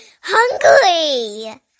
hungry